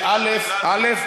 אז מה הייתה הבעיה?